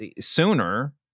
sooner